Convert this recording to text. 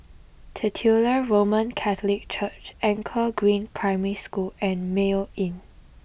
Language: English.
Titular Roman Catholic Church Anchor Green Primary School and Mayo Inn